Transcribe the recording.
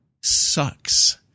sucks